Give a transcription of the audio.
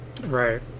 Right